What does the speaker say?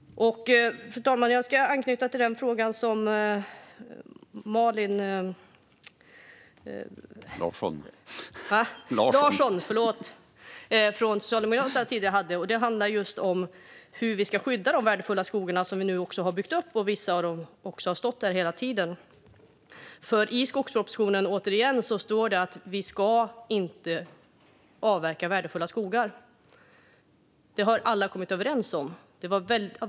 Fru talman! Jag ska anknyta till frågan som Malin Larsson från Socialdemokraterna tidigare ställde och som handlade om hur vi ska skydda de värdefulla skogar som byggts upp och som i vissa fall har stått där hela tiden. I skogspropositionen står det att värdefulla skogar inte ska avverkas. Det har alla kommit överens om.